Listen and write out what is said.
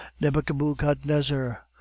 nebuchadnezzar